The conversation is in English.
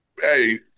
Hey